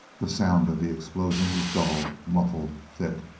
the sound of the explosion was dull, muffled, thick.